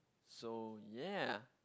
so ya